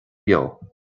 beo